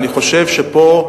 אני חושב שפה,